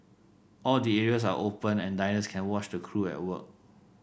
all the areas are open and diners can watch the crew at work